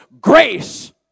grace